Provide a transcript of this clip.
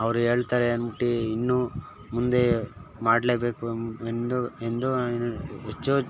ಅವ್ರು ಹೇಳ್ತಾರೆ ಅನ್ಬುಟ್ಟು ಇನ್ನು ಮುಂದೆ ಮಾಡಲೇಬೇಕು ಎಂದು ಎಂದು ಹೆಚ್ಚು